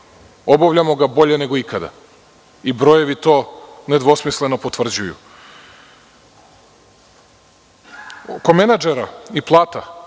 obavljamo ga bolje nego ikada i brojevi to nedvosmisleno potvrđuju. Oko menadžera i plata.